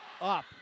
Up